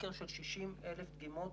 סקר של 60,000 דגימות